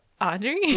Audrey